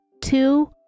Two